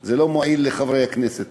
זה לא מועיל לחברי הכנסת,